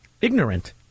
ignorant